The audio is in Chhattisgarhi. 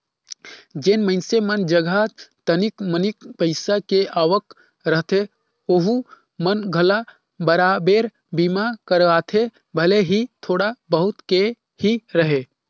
जेन मइनसे मन जघा तनिक मनिक पईसा के आवक रहथे ओहू मन घला बराबेर बीमा करवाथे भले ही थोड़ा बहुत के ही रहें